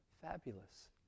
Fabulous